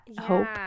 hope